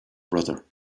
brother